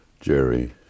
Jerry